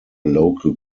local